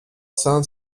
cent